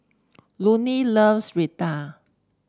loves Raita